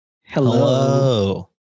Hello